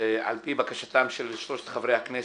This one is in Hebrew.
על פי בקשתם של שלושת חברי הכנסת,